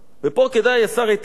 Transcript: ופה כדאי, השר איתן,